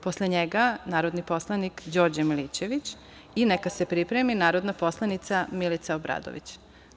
Posle njega reč ima narodni poslanik Đorđe Milićević i neka se pripremi narodna poslanica Milica Obradović.